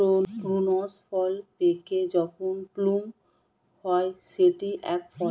prunes ফল পেকে যখন প্লুম হয় সেটি এক ফল